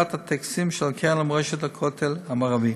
בוועדת הטקסים של הקרן למורשת הכותל המערבי,